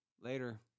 later